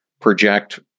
project